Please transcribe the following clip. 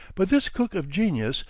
but this cook of genius,